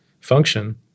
function